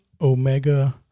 Omega